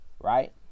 right